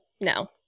no